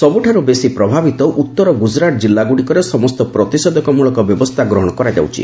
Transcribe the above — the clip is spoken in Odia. ସବୁଠାରୁ ବେଶି ପ୍ରଭାବିତ ଉତ୍ତର ଗୁଜରାଟ ଜିଲ୍ଲାଗୁଡ଼ିକରେ ସମସ୍ତ ପ୍ରତିଷେଧକ ମୂଳକ ବ୍ୟବସ୍ଥା ଗ୍ରହଣ କରାଯାଉଛି